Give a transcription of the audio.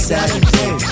Saturday